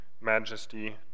majesty